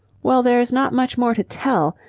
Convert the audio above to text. well, there's not much more to tell.